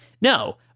no